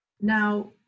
Now